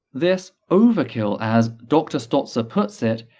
this overkill, as dr stotzer puts it,